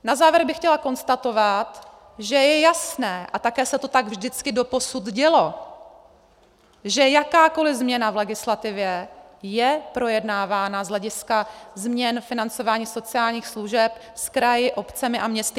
Na závěr bych chtěla konstatovat, že je jasné, a také se to tak vždycky doposud dělo, že jakákoliv změna v legislativě je projednávána z hlediska změn financování sociálních služeb s kraji, obcemi a městy.